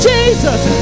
Jesus